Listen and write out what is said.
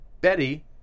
Betty